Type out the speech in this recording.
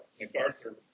MacArthur